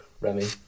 Remy